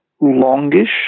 longish